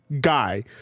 guy